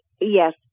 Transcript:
Yes